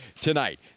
tonight